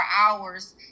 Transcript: hours